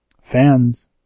fans